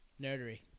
Nerdery